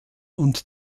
und